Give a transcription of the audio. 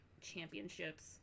championships